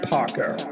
Parker